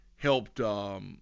helped